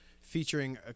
featuring